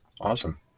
Awesome